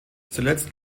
zuletzt